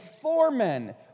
foremen